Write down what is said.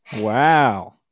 Wow